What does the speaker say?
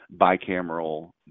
bicameral